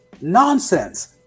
nonsense